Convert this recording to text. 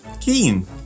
keen